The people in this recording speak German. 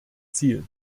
ziel